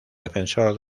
defensor